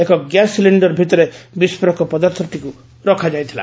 ଏକ gas cylinder ଭିତରେ ବିସ୍ଫୋରକ ପଦାର୍ଥଟିକୁ ରଖାଯାଇଥିଲା